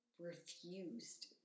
refused